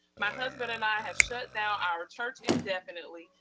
my husband and i have shut down our church indefinitely,